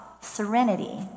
serenity